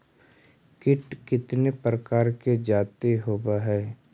कीट कीतने प्रकार के जाती होबहय?